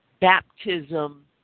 baptism